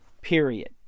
period